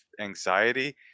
anxiety